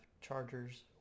Chargers